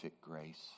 grace